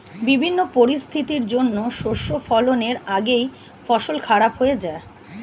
বিভিন্ন পরিস্থিতির জন্যে শস্য ফলনের আগেই ফসল খারাপ হয়ে যায়